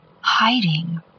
hiding